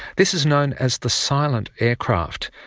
this is known as the silent aircraft.